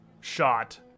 shot